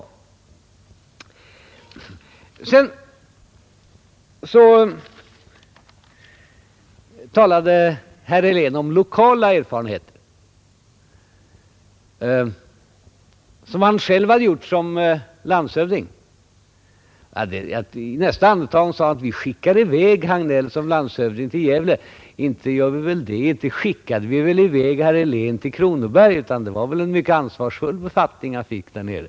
Därefter talade herr Helén om lokala erfarenheter som han hade gjort som landshövding. I nästa andetag sade han att vi skickade i väg herr Hagnell som landshövding till Gävle. Inte gör vi så. Inte skickade vi i väg herr Helén till Kronobergs län — det var väl en mycket ansvarsfull befattning han fick där nere.